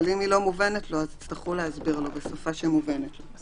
אבל אם היא לא מובנת לו אז יצטרכו להסביר לו בשפה שמובנת לו.